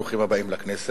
ברוכים הבאים לכנסת.